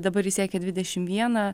dabar jis siekia dvidešim vieną